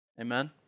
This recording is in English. Amen